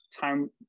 time